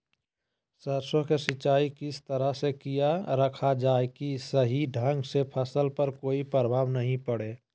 सरसों के सिंचाई किस तरह से किया रखा जाए कि सही ढंग से फसल पर कोई प्रभाव नहीं पड़े?